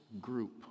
group